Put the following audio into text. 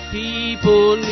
people